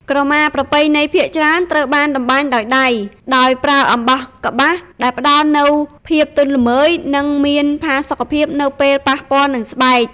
ក្រមាប្រពៃណីភាគច្រើនត្រូវបានតម្បាញដោយដៃ ដោយប្រើអំបោះកប្បាស ដែលផ្តល់នូវភាពទន់ល្មើយ និងមានផាសុកភាពនៅពេលប៉ះពាល់នឹងស្បែក។